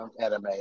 anime